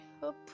hope